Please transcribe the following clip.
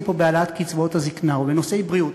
פה בהעלאת קצבאות הזיקנה ובנושאי בריאות,